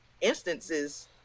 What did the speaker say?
instances